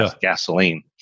gasoline